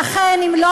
שאכן אם לא